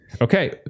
Okay